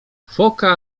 foka